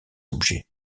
objets